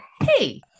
Hey